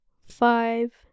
five